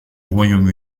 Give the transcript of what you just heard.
royaume